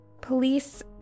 police